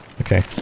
Okay